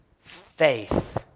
faith